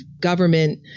government